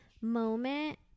moment